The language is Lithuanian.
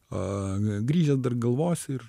a grįžęs dar galvosi ir